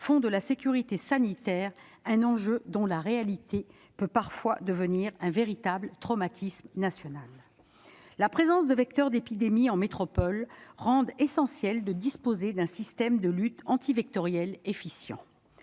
font de la sécurité sanitaire un enjeu dont la réalité peut parfois conduire à un véritable traumatisme national. Compte tenu de la présence de vecteurs d'épidémies en métropole, il est essentiel que nous disposions d'un système de lutte antivectorielle efficient.